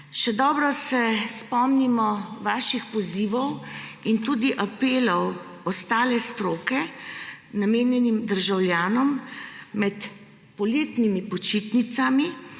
Še dobro se spomnimo vaših pozivov in tudi apelov ostale stroke, namenjenih državljanom med poletnimi počitnicami,